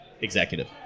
executive